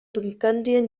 burgundian